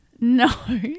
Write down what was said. No